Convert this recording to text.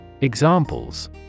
Examples